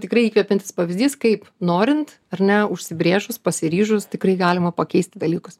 tikrai įkvepiantis pavyzdys kaip norint ar ne užsibrėžus pasiryžus tikrai galima pakeisti dalykus